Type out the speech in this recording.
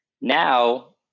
Now